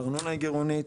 הארנונה היא גרעונית.